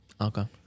Okay